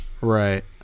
Right